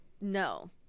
no